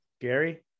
gary